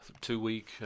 two-week